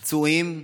פצועים.